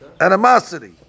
animosity